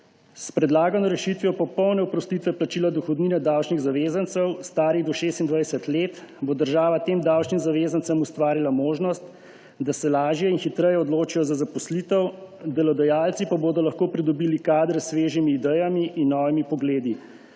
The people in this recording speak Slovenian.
S predlagano rešitvijo popolne oprostitve plačila dohodnine davčnih zavezancev starih do 26 let, bo država tem davčnim zavezancem ustvarila možnost, da se lažje in hitreje odločijo za zaposlitev, delodajalci pa bodo lahko pridobili kadre s svežimi idejami in novimi pogledi,